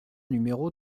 numéro